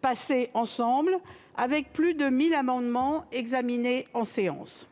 passés ensemble, avec plus de 1 000 amendements examinés en séance.